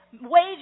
wage